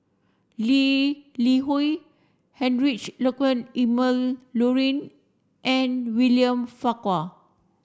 Lee Li Hui Heinrich Ludwig Emil Luering and William Farquhar